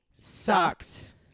sucks